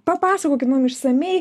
papasakokit mum išsamiai